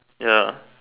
ya